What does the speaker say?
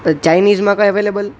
ચાઇનીઝમાં કંઈ અવેલેબલ